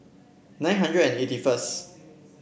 nine hundred and eighty first